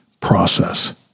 process